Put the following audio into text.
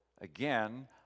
Again